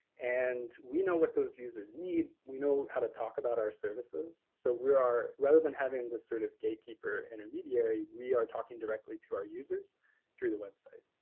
and we know what those users need. we know how to talk about our services. so we are rather than having this sort of gatekeeper intermediary we are talking directly to our users through the website.